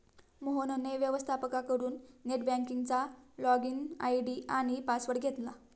मोहनने व्यवस्थपकाकडून नेट बँकिंगचा लॉगइन आय.डी आणि पासवर्ड घेतला